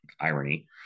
irony